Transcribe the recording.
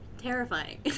terrifying